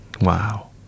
Wow